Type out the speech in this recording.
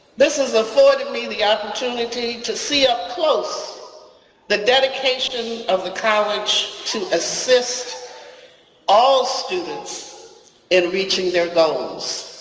this has afforded me the opportunity to see up close the dedication of the college to assist all students in reaching their goals.